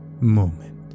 moment